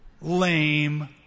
lame